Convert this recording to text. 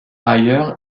ailleurs